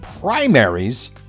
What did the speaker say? primaries